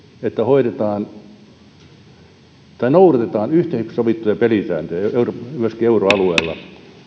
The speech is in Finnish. että noudatetaan yhteisesti sovittuja pelisääntöjä myöskin euroalueella